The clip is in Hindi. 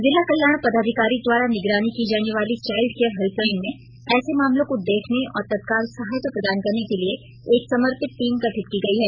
जिला कल्याण पदाधिकारी द्वारा निगरानी की जाने वाली चाइल्ड केयर हेल्पलाइन में ऐसे मामलों को देखने और तत्काल सहायता प्रदान करने के लिए एक समर्पित टीम गठित की गई है